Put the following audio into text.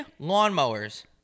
lawnmowers